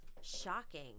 shocking